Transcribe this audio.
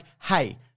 hey